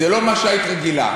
זה לא מה שהיית רגילה.